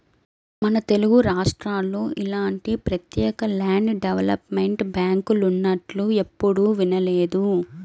మన తెలుగురాష్ట్రాల్లో ఇలాంటి ప్రత్యేక ల్యాండ్ డెవలప్మెంట్ బ్యాంకులున్నట్లు ఎప్పుడూ వినలేదు